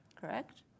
correct